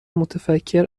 متفکر